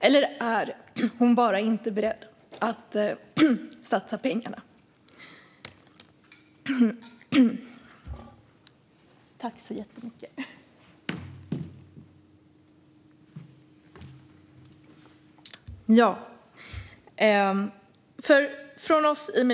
Eller är hon bara inte beredd att satsa pengarna?